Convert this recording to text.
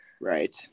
Right